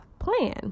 plan